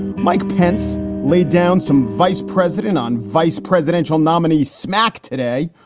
mike pence laid down some vice president on vice presidential nominee cmac today,